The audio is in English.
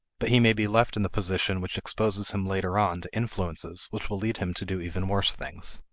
but he may be left in the position which exposes him later on to influences which will lead him to do even worse things.